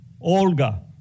Olga